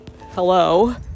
Hello